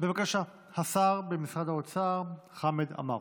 בבקשה, השר במשרד האוצר חמד עמאר.